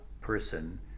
person